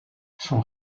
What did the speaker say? son